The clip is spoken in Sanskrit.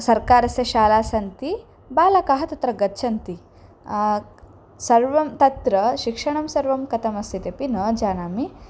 सर्वकारस्य शालाः सन्ति बालकाः तत्र गच्छन्ति सर्वं तत्र शिक्षणं सर्वं कथमस्ति अपि न जानामि